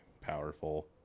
powerful